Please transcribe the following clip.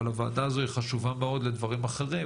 אבל הוועדה הזו חשובה מאוד לדברים אחרים,